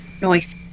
Noise